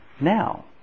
now